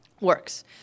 works